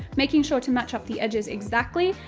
making sure to match up the edges exactly,